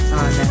on